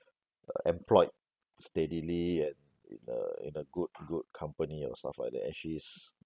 uh employed steadily and in a in a good good company or stuff like that and she's